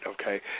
okay